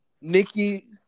Nikki